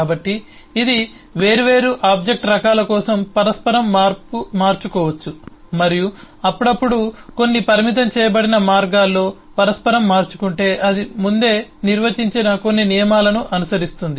కాబట్టి ఇది వేర్వేరు ఆబ్జెక్ట్ రకాల కోసం పరస్పరం మార్చుకోకపోవచ్చు మరియు అప్పుడప్పుడు కొన్ని పరిమితం చేయబడిన మార్గాల్లో పరస్పరం మార్చుకుంటే అది ముందే నిర్వచించిన కొన్ని నియమాలను అనుసరిస్తుంది